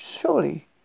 surely